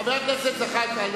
חבר הכנסת זחאלקה,